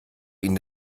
ihn